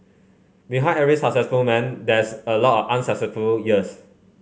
behind every successful man there's a lot of unsuccessful years